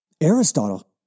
Aristotle